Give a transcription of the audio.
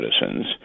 citizens